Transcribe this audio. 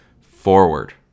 forward